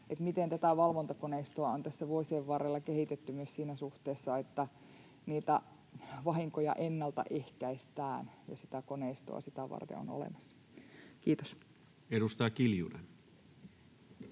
tätä valvontakoneistoa on tässä vuosien varrella kehitetty myös siinä suhteessa, että niitä vahinkoja ennaltaehkäistään ja koneistoa sitä varten on olemassa? — Kiitos. [Speech